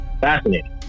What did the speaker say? fascinating